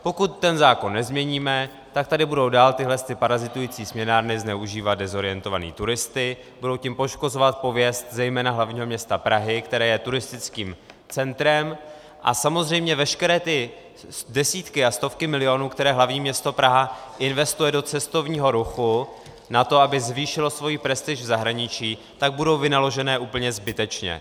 Pokud ten zákon nezměníme, tak tady budou dál tyhle parazitující směnárny zneužívat dezorientované turisty, budou tím poškozovat pověst zejména hlavního města Prahy, které je turistickým centrem, a samozřejmě veškeré ty desítky a stovky milionů, které hlavní město Praha investuje do cestovního ruchu na to, aby zvýšilo svoji prestiž v zahraničí, budou vynaložené úplně zbytečně.